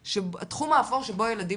לתאר.